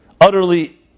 utterly